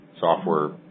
software